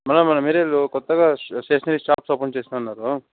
madam మన ఏరియాలో కొత్తగా స్టేషనరీ షాప్స్ ఓపెన్ చేసాను అన్నారు